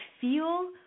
feel